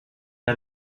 der